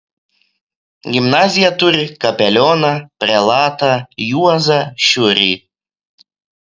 gimnazija turi kapelioną prelatą juozą šiurį